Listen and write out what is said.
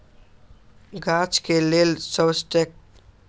गाछ के लेल सबस्ट्रेट्सके उपयोग पानी आ पोषक तत्वोंके बरकरार रखेके लेल कएल जाइ छइ